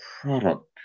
product